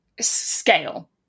scale